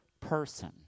person